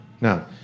Now